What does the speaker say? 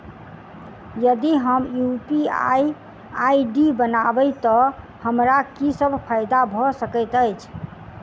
यदि हम UPI ID बनाबै तऽ हमरा की सब फायदा भऽ सकैत अछि?